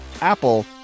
Apple